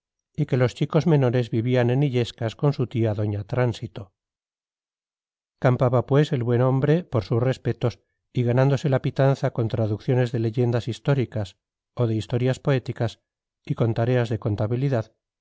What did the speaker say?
y que los chicos menores vivían en illescas con su tía doña tránsito campaba pues el buen hombre por sus respetos y ganándose la pitanza con traducciones de leyendas históricas o de historias poéticas y con tareas de contabilidad